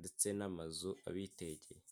ndetse n'amazu abitegeye.